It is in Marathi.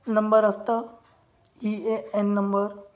नंबर असतं ई ए एन नंबर